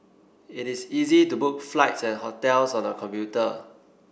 it is easy to book flights and hotels on the computer